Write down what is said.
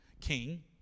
king